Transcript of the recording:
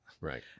Right